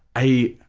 i